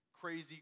crazy